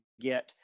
get